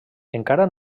encara